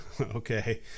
Okay